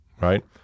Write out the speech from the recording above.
right